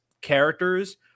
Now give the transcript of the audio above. characters